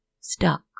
Stuck